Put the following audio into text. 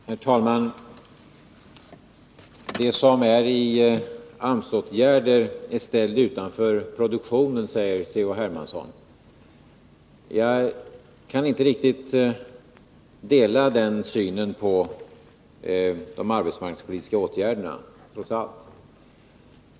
Herr talman! De som är föremål för AMS-åtgärder är ställda utanför produktionen, säger C.-H. Hermansson. Jag kan inte riktigt dela den synen på de arbetsmarknadspolitiska åtgärderna, trots allt.